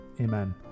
Amen